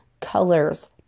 colors